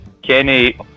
Kenny